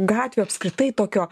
gatvių apskritai tokio